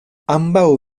ambaŭ